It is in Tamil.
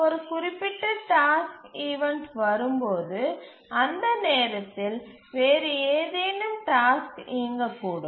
ஒரு குறிப்பிட்ட டாஸ்க் ஈவண்ட் வரும்போது அந்த நேரத்தில் வேறு ஏதேனும் டாஸ்க் இயங்கக்கூடும்